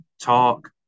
Talk